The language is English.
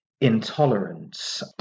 intolerance